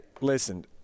listen